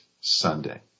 Sunday